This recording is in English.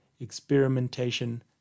experimentation